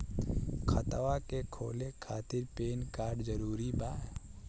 खतवा के खोले खातिर पेन कार्ड जरूरी बा?